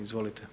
Izvolite.